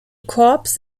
korps